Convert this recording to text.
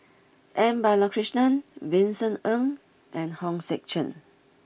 M Balakrishnan Vincent Ng and Hong Sek Chern